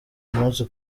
umunsi